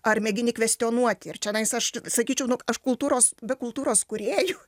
ar mėgini kvestionuoti ir čionais aš sakyčiau nu aš kultūros be kultūros kūrėjų